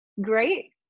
great